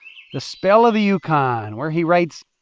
the spell of the yukon, where he writes,